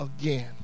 again